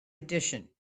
edition